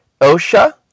Osha